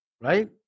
right